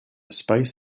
space